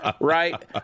right